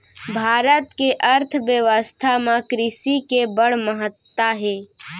भारत के अर्थबेवस्था म कृसि के बड़ महत्ता हे